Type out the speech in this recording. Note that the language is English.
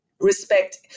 Respect